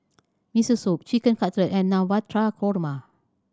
Miso Soup Chicken Cutlet and Navratan Korma